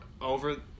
over